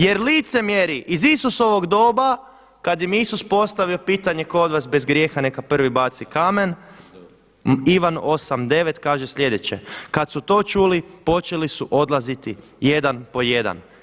Jer licemjeri iz Isusovog doba, kada im je Isus postavio pitanje tko je od vas bez grijeha neka prvi baci kamen, Ivan 8.9 kaže sljedeće: kada su to čuli počeli su odlaziti jedan po jedan.